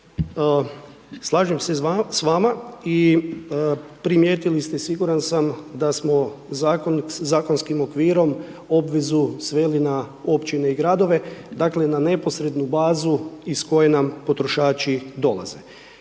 Slažem se s vama i primijetili ste, siguran sam, da smo zakonskim okvirom obvezu sveli na općine i gradove. Dakle, na neposrednu bazu iz koje nam potrošači dolaze.